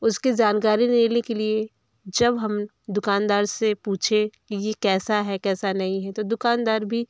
उसकी जानकारी लेने के लिए जब हम दुकानदार से पूछे कि यह कैसा है कैसा नहीं है तो दुकान भी